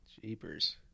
jeepers